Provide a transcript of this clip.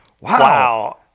Wow